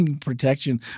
protection